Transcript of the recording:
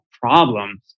problems